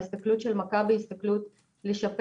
ההסתכלות של מכבי היא הסתכלות לשפר